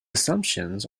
assumptions